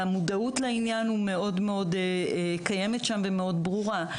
המודעות לעניין קיימת שם ומאוד ברורה.